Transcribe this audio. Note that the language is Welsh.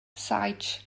saets